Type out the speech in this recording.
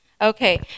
Okay